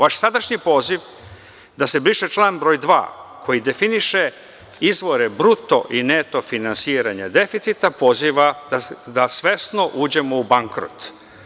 Vaš sadašnji poziv da se briše član broj 2, koji definiše izvore bruto i neto finansiranja deficita, poziva da svesno uđemo u bankrot.